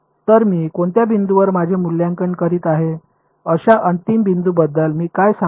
तर मी कोणत्या बिंदूंवर माझे मूल्यांकन करीत आहे अशा अंतिम बिंदूंबद्दल मी काय सांगू